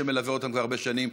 שמלווה אותם כבר הרבה שנים.